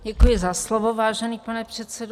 Děkuji za slovo, vážený pane předsedo.